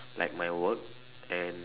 like my work and